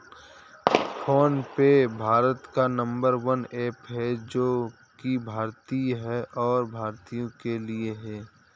phone पे भारत का number one app है जो की भारतीय है और भारतीयों के लिए है